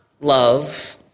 love